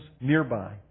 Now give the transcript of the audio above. nearby